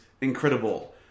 incredible